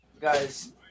Guys